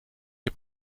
heb